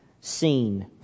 seen